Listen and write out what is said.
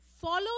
Follow